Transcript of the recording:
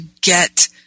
get